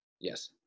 Yes